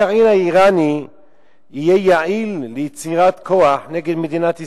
הגרעין האירני יהיה יעיל ליצירת כוח נגד מדינת ישראל.